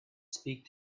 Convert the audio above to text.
speak